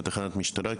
להגיע לתחנת המשטרה,